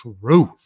truth